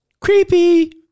Creepy